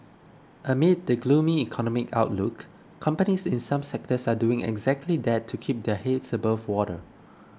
amid the gloomy economic outlook companies in some sectors are doing exactly that to keep their heads above water